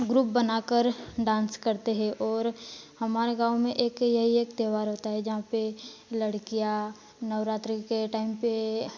group बनाकर dance करते हैं और हमारे गाँव में एक यही एक त्योहार होता है जहाँ पर लडकियाँ नवरात्रि के टाइम पर